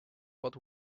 what